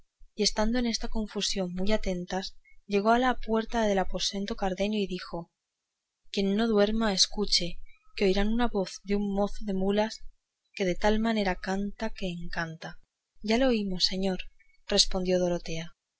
y estando en esta confusión muy atentas llegó a la puerta del aposento cardenio y dijo quien no duerme escuche que oirán una voz de un mozo de mulas que de tal manera canta que encanta ya lo oímos señor respondió dorotea